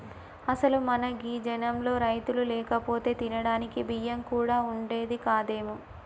అసలు మన గీ జనంలో రైతులు లేకపోతే తినడానికి బియ్యం కూడా వుండేది కాదేమో